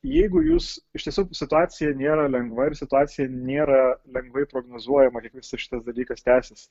jeigu jūs iš tiesų situacija nėra lengva ir situacija nėra lengvai prognozuojama kiek visas šitas dalykas tęsis